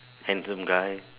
handsome guy